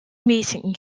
meeting